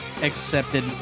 accepted